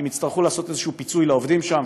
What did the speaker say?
אם יצטרכו לעשות איזה פיצוי לעובדים שם,